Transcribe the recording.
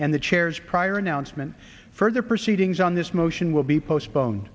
and the chairs prior announcement further proceedings on this motion will be postpone